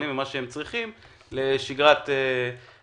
ולמה שהם צריכים כדי לקיים את שגרת היום-יום.